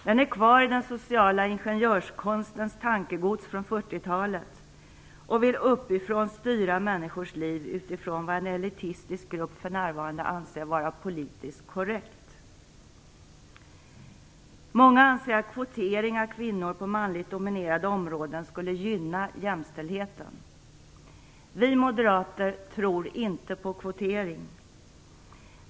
Den är kvar i den sociala ingenjörskonstens tankegods från 40-talet och vill uppifrån styra människors liv utifrån vad en elitistisk grupp för närvarande anser vara "politiskt korrekt". Många anser att kvotering av kvinnor på manligt dominerande områden skulle gynna jämställdheten. Vi moderater tror inte på kvotering.